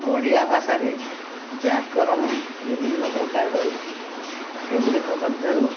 ଓଡ଼ିଆ ଭାଷାରେ ବ୍ୟାକରଣ ବିଭିନ୍ନ ପ୍ରକାର ରହିଛି ସେଗୁଡ଼ିକ ମଧ୍ୟରୁ